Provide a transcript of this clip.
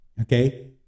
okay